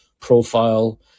profile